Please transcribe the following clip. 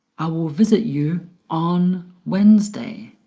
will visit you on wednesday?